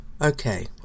Okay